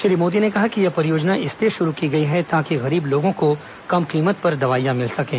श्री मोदी ने कहा कि यह परियोजना इसलिए शुरू की गई है ताकि गरीब लोगों को कम कीमत पर दवाइयां मिल सकें